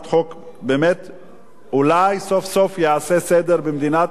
אולי סוף-סוף ייעשה סדר במדינת ישראל,